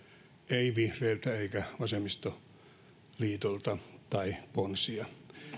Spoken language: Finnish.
ei vihreiltä eikä vasemmistoliitolta tai ponsia